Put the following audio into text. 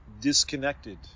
disconnected